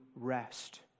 rest